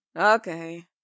Okay